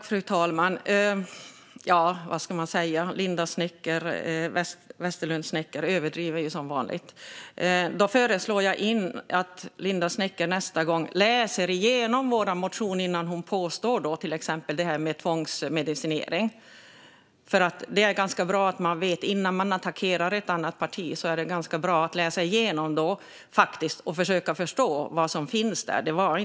Fru talman! Ja, vad ska man säga? Linda Westerlund Snecker överdriver som vanligt. Jag föreslår att Linda Snecker nästa gång läser igenom vår motion innan hon påstår något liknande det hon påstod när det gäller tvångsmedicinering. Innan man attackerar ett annat parti är det nämligen ganska bra om man faktiskt läser igenom och försöker förstå vad som finns i partiets politik.